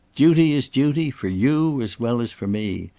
duty is duty, for you as well as for me.